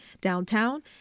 downtown